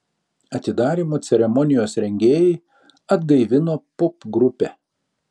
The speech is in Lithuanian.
atidarymo ceremonijos rengėjai atgaivino popgrupę